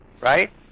right